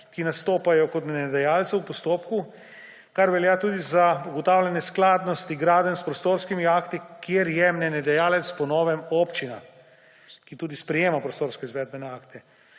ki nastopajo kot mnenjedajalci v postopku, kar velja tudi za ugotavljanje skladnosti gradenj s prostorskimi akti, kjer je mnenjedajalec po novem občina, ki tudi sprejema prostorske izvedbene akte.